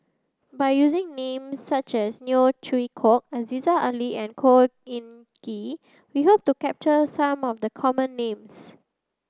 by using names such as Neo Chwee Kok Aziza Ali and Khor Ean Ghee we hope to capture some of the common names